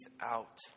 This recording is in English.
out